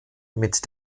mit